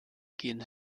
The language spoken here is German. gen